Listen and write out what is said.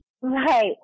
Right